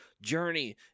journey